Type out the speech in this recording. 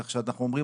כך שאנחנו אומרים,